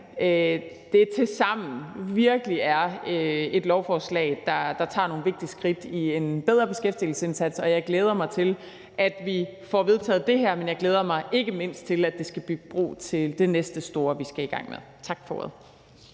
virkelig er et lovforslag, der tager nogle vigtige skridt til en bedre beskæftigelsesindsats, og jeg glæder mig til, at vi får vedtaget det her, men jeg glæder mig ikke mindst til, at det skal bygge bro til det næste store, vi skal i gang med. Tak for ordet.